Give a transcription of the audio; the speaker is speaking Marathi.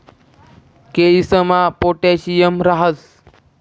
केयीसमा पोटॅशियम राहस